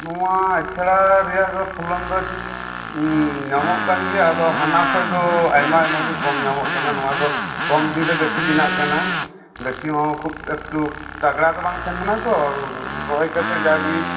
ᱱᱚᱣᱟ ᱟᱪᱷᱲᱟ ᱨᱮᱭᱟᱜ ᱫᱚ ᱯᱷᱚᱞᱚᱱ ᱫᱚ ᱧᱟᱢᱚᱜ ᱠᱟᱱ ᱜᱮᱭᱟ ᱟᱫᱚ ᱦᱟᱱᱟ ᱠᱷᱚᱱ ᱫᱚ ᱟᱭᱢᱟ ᱟᱭᱢᱟ ᱜᱮ ᱠᱚᱢ ᱧᱟᱢᱚᱜ ᱠᱟᱱᱟ ᱱᱚᱣᱟ ᱫᱚ ᱠᱚᱢ ᱫᱤᱱᱨᱮ ᱜᱟᱹᱪᱷᱤ ᱵᱮᱱᱟᱜ ᱠᱟᱱᱟ ᱜᱟᱹᱪᱷᱤ ᱦᱚᱸ ᱠᱷᱩᱵᱽ ᱮᱠᱴᱩ ᱛᱟᱜᱽᱲᱟ ᱫᱚ ᱵᱟᱝ ᱛᱟᱦᱮᱱ ᱠᱟᱱᱟ ᱛᱳ ᱨᱚᱦᱚᱭ ᱠᱟᱛᱮᱫ ᱡᱟ ᱜᱮ